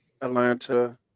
Atlanta